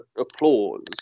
applause